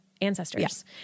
ancestors